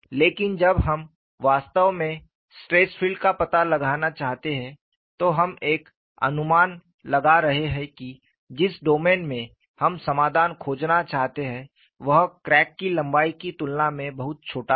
लेकिन जब हम वास्तव में स्ट्रेस क्षेत्र का पता लगाना चाहते हैं तो हम एक अनुमान लगा रहे हैं कि जिस डोमेन में हम समाधान खोजना चाहते हैं वह क्रैक की लंबाई की तुलना में बहुत छोटा है